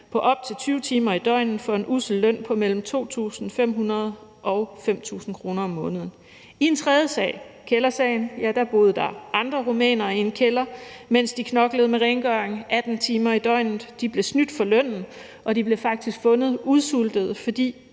i op til 20 timer i døgnet for en ussel løn på mellem 2.500 kr. og 5.000 kr. om måneden. I en tredje sag, kældersagen, boede andre rumænere i en kælder, mens de knoklede med rengøring 18 timer i døgnet. De blev snydt for lønnen, og de blev faktisk fundet udsultede, fordi